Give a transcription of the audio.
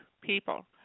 people